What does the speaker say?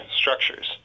structures